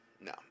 No